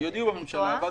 יודיעו בממשלה.